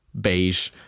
Beige